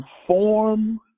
inform